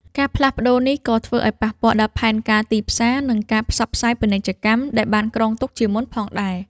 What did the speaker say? ការផ្លាស់ប្តូរនេះក៏ធ្វើឱ្យប៉ះពាល់ដល់ផែនការទីផ្សារ និងការផ្សព្វផ្សាយពាណិជ្ជកម្មដែលបានគ្រោងទុកជាមុនផងដែរ។